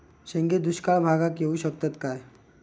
शेंगे दुष्काळ भागाक येऊ शकतत काय?